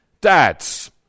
Dads